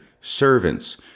servants